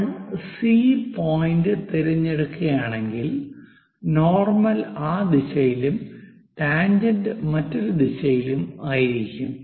നമ്മൾ C point തിരഞ്ഞെടുക്കുകയാണെങ്കിൽ normal ആ ദിശയിലും ടാൻജെന്റ് മറ്റൊരു ദിശയിലുമായിരിക്കും